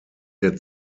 der